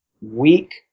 weak